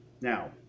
Now